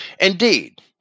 indeed